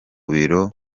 biro